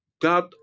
God